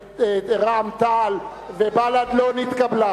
רע"ם-תע"ל ובל"ד לא נתקבלה.